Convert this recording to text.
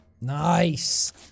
Nice